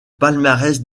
palmarès